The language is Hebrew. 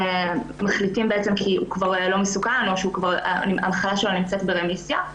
שמחליטים שהוא כבר לא מסוכן או שהמחלה שלו נמצאת ברמיסיה.